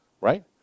right